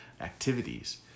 activities